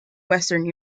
western